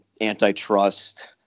antitrust